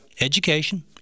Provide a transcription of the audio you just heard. education